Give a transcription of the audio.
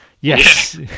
Yes